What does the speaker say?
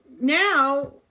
Now